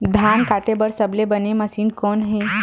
धान काटे बार सबले बने मशीन कोन हे?